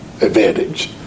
advantage